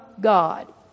God